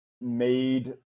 made